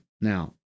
now